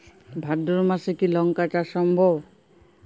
ভাদ্র মাসে কি লঙ্কা চাষ সম্ভব?